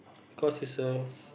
cos it's a